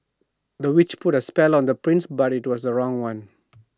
the witch put A spell on the prince but IT was the wrong one